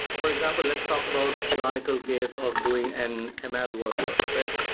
for example, let's talk about canonical case of doing an ml workload, correct?